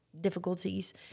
difficulties